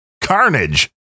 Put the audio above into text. carnage